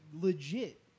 legit